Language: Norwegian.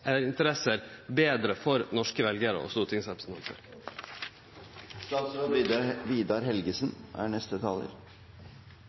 interesser betre for norske veljarar og